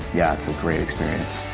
yeah, it's a great experience.